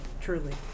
truly